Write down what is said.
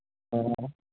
ᱦᱮᱸ